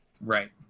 Right